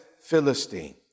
Philistine